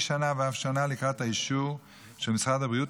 שנה ואף שנה לקראת האישור של משרד הבריאות,